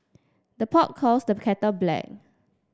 the pot calls the black